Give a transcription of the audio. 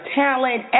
talent